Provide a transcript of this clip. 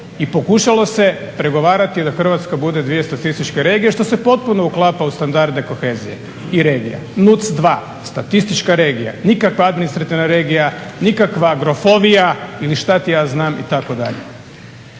I pokušalo se pregovarati da Hrvatska bude dvije statističke regije što se potpuno uklapa u standardne kohezije i regije. NUC2 statistička regija, nikakva administrativna regija, nikakva grofovija ili šta ti ja znam itd.